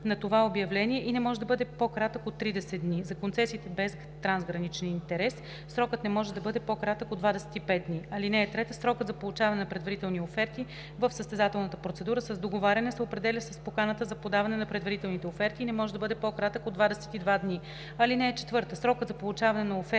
на това обявление и не може да бъде по-кратък от 30 дни. За концесиите без трансграничен интерес срокът не може да бъде по-кратък от 25 дни. (3) Срокът за получаване на предварителни оферти в състезателна процедура с договаряне се определя с поканата за подаване на предварителни оферти и не може да бъде по-кратък от 22 дни. (4) Срокът за получаване на оферти